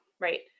right